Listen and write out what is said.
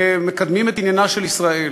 ומקדמים את עניינה של ישראל.